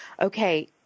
okay